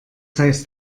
heißt